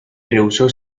rehusó